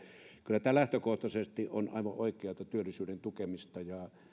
kyllä tämä lähtökohtaisesti on aivan oikeata työllisyyden tukemista